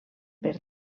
per